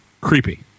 creepy